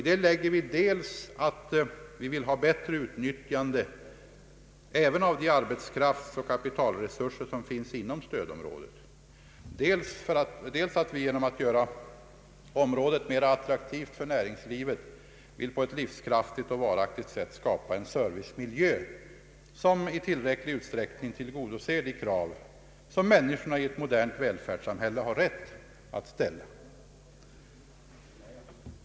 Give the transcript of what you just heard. Häri inlägger vi dels att vi vill ha ett bättre utnyttjande även av de arbetskraftsoch kapitalresurser som finns inom stödområdet, dels att vi genom att göra området mer attraktivt för näringslivet på ett livskraftigt och varaktigt sätt vill skapa en servicemiljö som i tillräckligt stor utsträckning tillgodoser de krav som människorna i ett modern välfärdssamhälle har rätt att ställa oavsett var de bor.